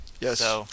Yes